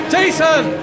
Jason